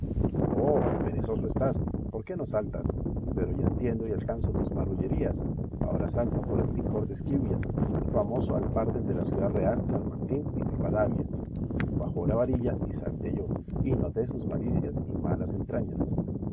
oh perezoso estás por qué no saltas pero ya entiendo y alcanzo tus marrullerías ahora salta por el licor de esquivias famoso al par del de ciudad real san martín y ribadavia bajó la varilla y salté yo y noté sus malicias y malas entrañas